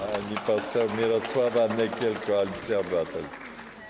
Pani poseł Mirosława Nykiel, Koalicja Obywatelska.